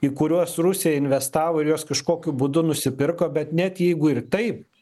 į kuriuos rusija investavo ir juos kažkokiu būdu nusipirko bet net jeigu ir taip